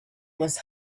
was